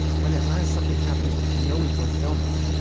when, at last, something happens which you know is worth filming,